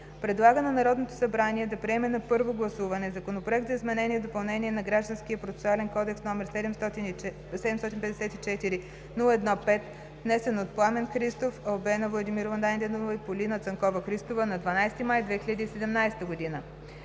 предлага на Народното събрание да приеме на първо гласуване Законопроект за изменение и допълнение на Гражданския процесуален кодекс, № 754-01-5, внесен от Пламен Трифонов Христов, Албена Владимирова Найденова и Полина Цанкова-Христова на 12 май 2017 г.;